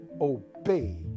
obey